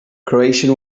croatian